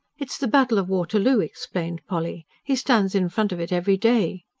it's the battle of waterloo, explained polly. he stands in front of it every day.